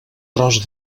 tros